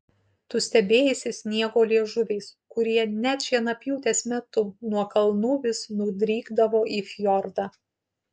tu stebėjaisi sniego liežuviais kurie net šienapjūtės metu nuo kalnų vis nudrykdavo į fjordą